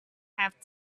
have